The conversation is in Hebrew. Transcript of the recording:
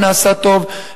ונעשה טוב,